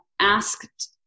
asked